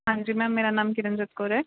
ਹਾਂਜੀ ਮੈਮ ਮੇਰਾ ਨਾਮ ਕਿਰਨਜੋਤ ਕੌਰ ਹੈ